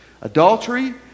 adultery